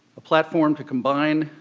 a platform to combine,